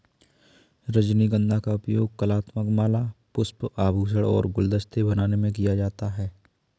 रजनीगंधा का उपयोग कलात्मक माला, पुष्प, आभूषण और गुलदस्ते बनाने के लिए किया जाता है